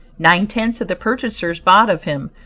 nine-tenths of the purchasers bought of him,